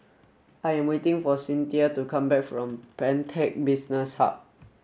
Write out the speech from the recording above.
I am waiting for Cinthia to come back from Pantech Business Hub